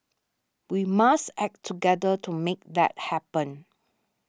we must act together to make that happen